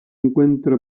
encuentra